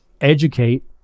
educate